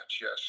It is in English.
yes